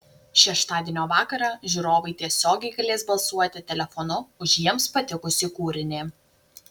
šeštadienio vakarą žiūrovai tiesiogiai galės balsuoti telefonu už jiems patikusį kūrinį